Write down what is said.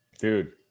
Dude